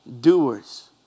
doers